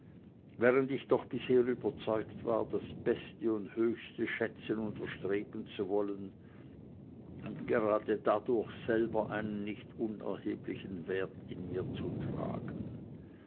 während ich doch bisher überzeugt war das beste und höchste schätzen und erstreben zu wollen und gerade dadurch selber einen nicht unerheblichen wert in mir zu tragen